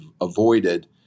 avoided